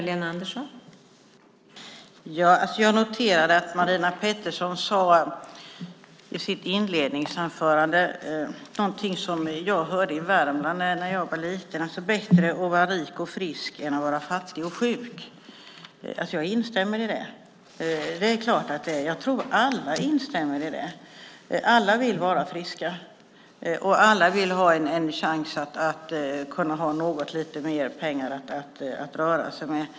Fru talman! Jag noterade att Marina Pettersson sade i sitt inledningsanförande något som jag hörde i Värmland när jag var liten: Det är bättre att vara rik och frisk än att vara fattig och sjuk. Jag instämmer i det. Det är klart att det är. Jag tror att alla instämmer i det. Alla vill vara friska, och alla vill ha en chans att kunna ha något lite mer pengar att röra sig med.